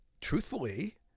truthfully